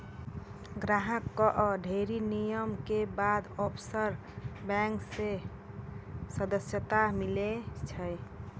ग्राहक कअ ढ़ेरी नियम के बाद ऑफशोर बैंक मे सदस्यता मीलै छै